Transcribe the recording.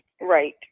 Right